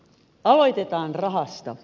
aloitetaan rahasta